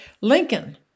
Lincoln